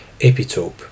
epitope